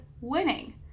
WINNING